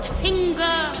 finger